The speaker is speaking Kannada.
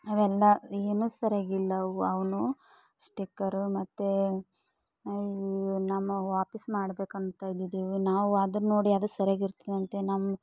ಅವೆಲ್ಲ ಏನು ಸರಿಯಾಗಿ ಇಲ್ಲ ಅವು ಅವೂ ಸ್ಟಿಕ್ಕರು ಮತ್ತು ಇವು ನಮ್ಮವು ಆಫೀಸ್ ಮಾಡ್ಬೇಕು ಅಂತ ಇದ್ದೀವಿ ನಾವು ಅದನ್ನು ನೋಡಿ ಅದು ಸರಿಯಾಗಿ ಇರ್ತದೆ ಅಂತ ಅಂತ ನಮ್ಮ